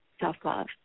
self-love